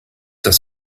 das